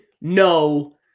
No